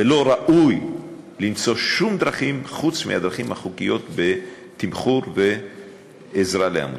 ולא ראוי למצוא דרכים חוץ מהדרכים החוקיות בתמחור ועזרה לעמותות.